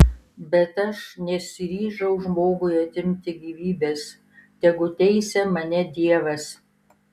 bet aš nesiryžau žmogui atimti gyvybės tegu teisia mane dievas